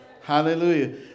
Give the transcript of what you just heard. Hallelujah